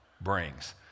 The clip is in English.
brings